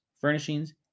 furnishings